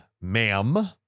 ma'am